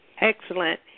Excellent